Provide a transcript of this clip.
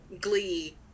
Glee